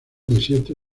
desierto